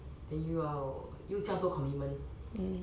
then 又要又这样多 commitment